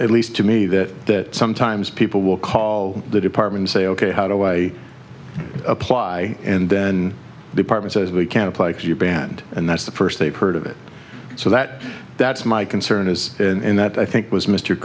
at least to me that sometimes people will call the department say ok how do i apply and then the partner says we can apply to your band and that's the first they've heard of it so that that's my concern is and that i think was mr